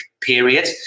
period